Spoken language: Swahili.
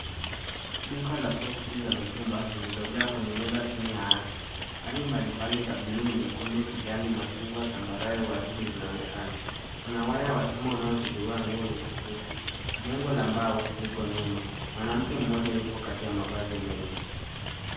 Duka la soksi za mitumba zilizojaa kwenye meza chini ya ardhi. Rangi mbalimbali za buluu, nyekundu, kijani, machungwa, zambarau, waridi, zinaonekana. Kuna waya wa chungwa unaozizuia nguo zisipuke. Jengo la mbao liko nyuma, mwanamke mmoja yuko kati ya mavazi mengi.